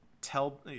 Tell